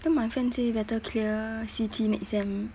then my friend say better clear C_T next sem